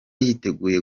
yiteguye